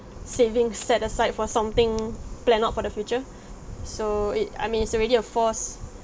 savings set aside for something planned out for the future so it I mean it's already a force